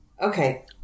Okay